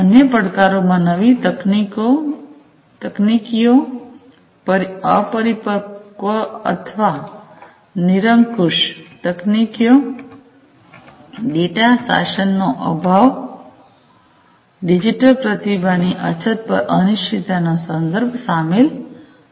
અન્ય પડકારોમાં નવી તકનીકીઓ અપરિપક્વ અથવા નિરંકુશ તકનીકીઓ ડેટા શાસનનો અભાવ ડિજિટલ પ્રતિભાની અછત પર અનિશ્ચિતતાનો સંદર્ભ શામેલ છે